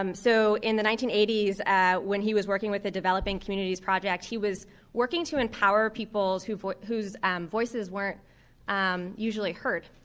um so, in the nineteen eighty s when he was working with the developing communities project he was working to empower people's whose whose voices weren't um usually heard.